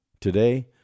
Today